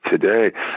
today